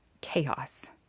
chaos